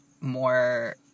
more